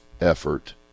effort